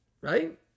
right